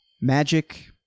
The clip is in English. magic